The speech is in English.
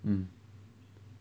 mm